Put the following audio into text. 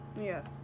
Yes